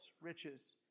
riches